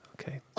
Okay